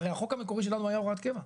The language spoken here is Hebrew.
הרי החוק המקורי שלנו היה הוראת קבע.